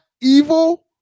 evil